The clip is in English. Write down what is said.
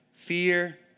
Fear